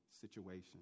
situation